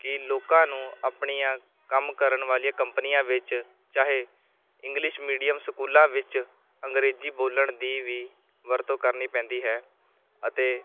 ਕਿ ਲੋਕਾਂ ਨੂੰ ਆਪਣੀਆਂ ਕੰਮ ਕਰਨ ਵਾਲੀਆਂ ਕੰਪਨੀਆਂ ਵਿੱਚ ਚਾਹੇ ਇੰਗਲਿਸ਼ ਮੀਡੀਅਮ ਸਕੂਲਾਂ ਵਿੱਚ ਅੰਗਰੇਜ਼ੀ ਬੋਲਣ ਦੀ ਵੀ ਵਰਤੋਂ ਕਰਨੀ ਪੈਂਦੀ ਹੈ ਅਤੇ